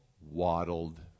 waddled